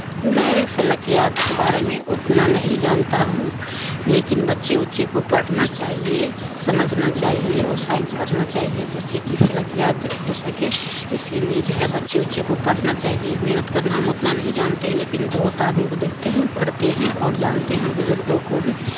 میں فلک یاد کے بارے میں اتنا نہیں جانتا ہوں لیکن بچے اچے کو پڑھنا چاہیے سمجھنا چاہیے اور سائنس پڑھنا چاہیے جس سے کہ فلک یاد ہو سکے اسی لیے جو ہے بچے اچے کو پڑھنا چاہیے محنت کرنا ہم اتنا نہیں جانتے ہیں لیکن بہت آدمی کو دیکھتے ہیں پڑھتے ہیں اور جانتے ہیں بزرگوں کو بھی